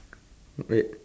wait